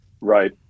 Right